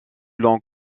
long